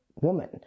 woman